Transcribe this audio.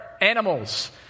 animals